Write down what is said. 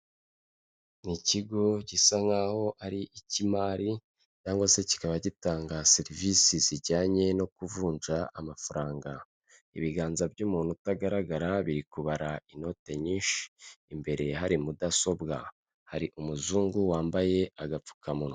Ni ikigo gisa nk'aho ari icy'imari cyangwa se kikaba gitanga serivisi zijyanye no kuvunja amafaranga, ibiganza by'umuntu utagaragara biri kubara inote nyinshi imbere hari mudasobwa, hari umuzungu wambaye agapfukamunwa.